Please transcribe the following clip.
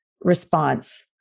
response